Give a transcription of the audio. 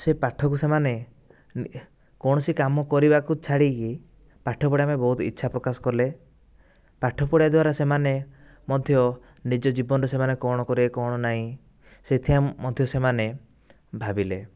ସେ ପାଠକୁ ସେମାନେ କୌଣସି କାମ କରିବାକୁ ଛାଡ଼ିକି ପାଠ ପଢ଼ିବା ପାଇଁ ବହୁତ ଇଚ୍ଛା ପ୍ରକାଶ କଲେ ପାଠ ପଢ଼ିବା ଦ୍ଵାରା ସେମାନେ ମଧ୍ୟ ନିଜ ଜୀବନରେ ସେମାନେ କ'ଣ କରିବେ କ'ଣ ନାଇଁ ସେଇଥିପାଇଁ ମଧ୍ୟ ସେମାନେ ଭାବିଲେ